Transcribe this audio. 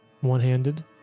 One-handed